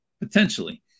potentially